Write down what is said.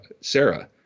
Sarah